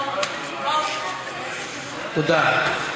תודה.